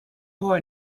more